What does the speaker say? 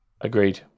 Agreed